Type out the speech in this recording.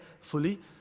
fully